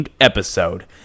episode